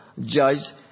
judged